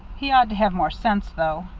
he ought to have more sense, though.